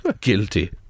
guilty